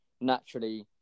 naturally